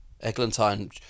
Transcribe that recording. Eglantine